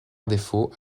défaut